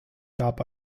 gab